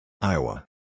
Iowa